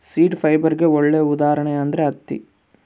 seed ಫೈಬರ್ಗೆ ಒಳ್ಳೆ ಉದಾಹರಣೆ ಅಂದ್ರೆ ಹತ್ತಿ